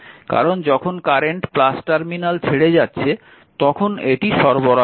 কারণ যখন current terminal ছেড়ে যাচ্ছে তখন এটি সরবরাহ করা হয়